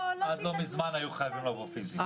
עד לא מזמן היו חייבים לבוא פיזית,